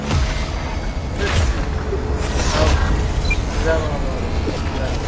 आं मिलामः महोदय मिलामः